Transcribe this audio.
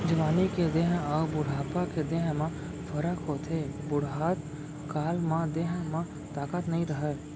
जवानी के देंह अउ बुढ़ापा के देंह म फरक होथे, बुड़हत काल म देंह म ताकत नइ रहय